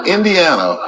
Indiana